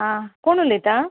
आं कोण उलयता